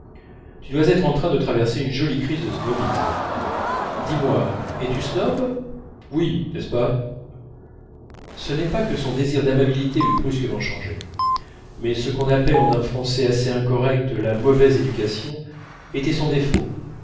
tu dois être en train de traverser une jolie crise de snobisme dis-moi es-tu snob oui n'est-ce pas ce n'est pas que son désir d'amabilité eût brusquement changé mais ce qu'on appelle en un français assez incorrect la mauvaise éducation était son défaut